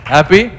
Happy